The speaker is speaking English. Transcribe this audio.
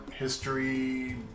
History